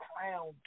crown